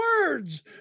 words